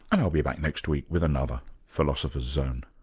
and i'll be back next week with another philosopher's zone